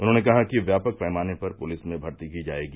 उन्होंने कहा कि व्यापक पैमाने पर पुलिस में मर्ती की जायेगी